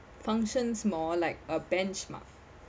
functions more like a benchmark